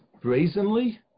brazenly